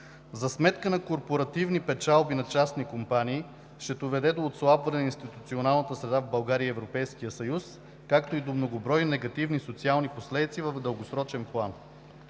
за сметка на корпоративни печалби на частни компании ще доведе до отслабване на институционалната среда в България и в Европейския съюз, както и до многобройни негативни социални последици в дългосрочен план.